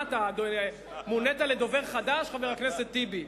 מה אתה, מונית לדובר חד"ש, חבר הכנסת טיבי?